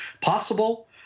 possible